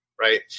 right